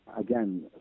again